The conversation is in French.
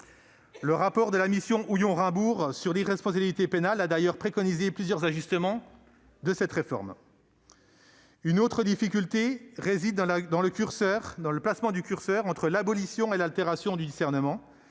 Houillon et Dominique Raimbourg sur l'irresponsabilité pénale a d'ailleurs préconisé plusieurs ajustements de cette réforme. Une autre difficulté réside dans le placement du curseur entre l'abolition et l'altération du discernement,